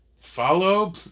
follow